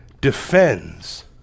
defends